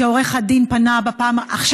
שעורך הדין פנה עכשיו,